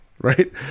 right